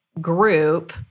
group